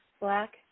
black